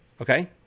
Okay